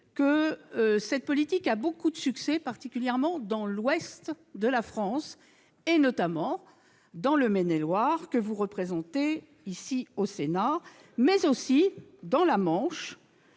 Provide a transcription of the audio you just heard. cette politique a beaucoup de succès, particulièrement dans l'ouest de la France, notamment dans le département de Maine-et-Loire que vous représentez ici au Sénat, mais aussi dans la Manche,